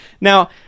Now